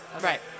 Right